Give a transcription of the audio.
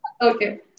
Okay